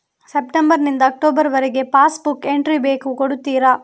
September ನಿಂದ October ವರಗೆ passbook entry ಬೇಕು ಕೊಡುತ್ತೀರಾ?